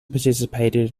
participated